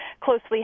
closely